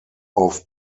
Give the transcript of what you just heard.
auf